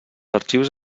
arxius